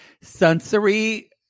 sensory